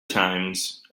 times